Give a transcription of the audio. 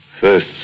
First